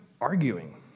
arguing